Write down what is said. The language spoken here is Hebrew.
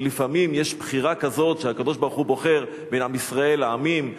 ולפעמים יש בחירה כזאת שהקדוש-ברוך-הוא בוחר בין עם ישראל לעמים,